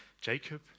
Jacob